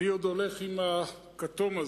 אני עוד הולך עם הכתום הזה.